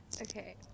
Okay